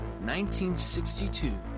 1962